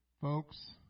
Folks